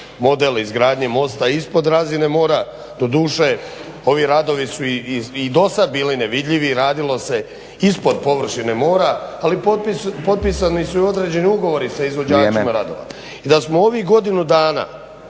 model izgradnje mosta ispod razine mora, doduše ovi radovi su i dosad bili nevidljivi, radilo se ispod površine mora, ali potpisani su i određeni ugovori sa izvođačima radova. I da smo ovih godinu dana,